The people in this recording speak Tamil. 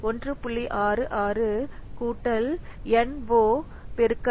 66 No 0